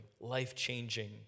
life-changing